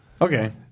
Okay